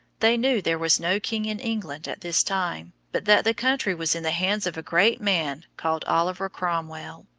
they knew there was no king in england at this time, but that the country was in the hands of a great man called oliver cromwell.